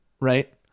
right